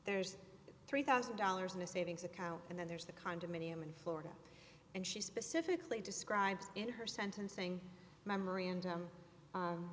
there's three one thousand dollars in a savings account and then there's the condominium in florida and she specifically describes in her sentencing memorandum